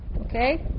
Okay